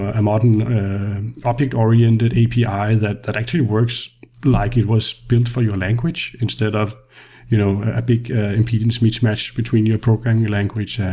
ah a modern optic-oriented api that that actually works like it was built for your language instead of you know a big impedance mismatch between your program, your language, and